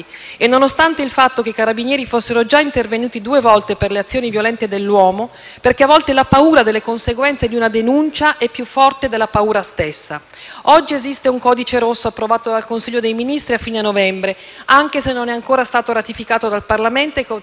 perché a volte la paura delle conseguenze di una denuncia è più forte della paura stessa. Oggi esiste un codice rosso approvato dal Consiglio dei Ministri a fine novembre, anche se non è ancora stato ratificato dal Parlamento e che dovrà essere una delle priorità della nostra Assemblea, come ha affermato anche il ministro Salvini.